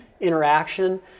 interaction